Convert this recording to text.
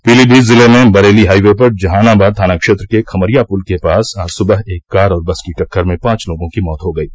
पीलीमीत जिले में बरेली हाइवे पर जहानाबाद थानाक्षेत्र के खमरिया पुल के पास आज सुबह एक कार और बस की टक्कर में पाँच लोगों की मौत हो गयी